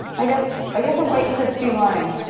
i guess i guess a white crispy wine.